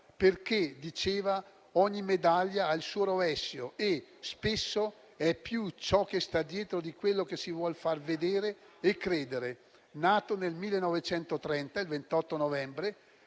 - come diceva - ogni medaglia ha il suo rovescio e spesso ciò che sta dietro è più di quello che si vuol far vedere e credere. Nato nel 1930, il 28 novembre,